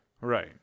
Right